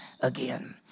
again